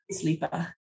sleeper